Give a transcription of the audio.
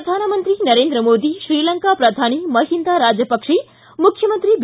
ಪ್ರಧಾನಮಂತ್ರಿ ನರೇಂದ್ರ ಮೋದಿ ಶ್ರೀಲಂಕಾ ಪ್ರಧಾನಿ ಮಹಿಂದಾ ರಾಜಪಕ್ಷೆ ಮುಖ್ಯಮಂತ್ರಿ ಬಿ